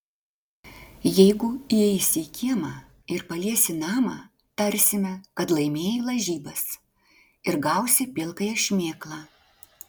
jeigu įeisi į kiemą ir paliesi namą tarsime kad laimėjai lažybas ir gausi pilkąją šmėklą